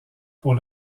pour